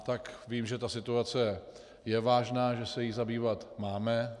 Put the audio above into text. Tak vím, že ta situace je vážná, že se jí zabývat máme.